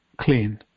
clean